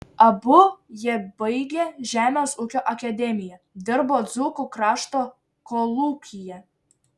abu jie baigę žemės ūkio akademiją dirbo dzūkų krašto kolūkyje